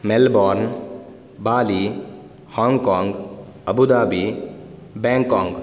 Melbourne Bali Hong Kong Abu Dhabi Bangkok